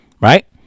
right